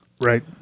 Right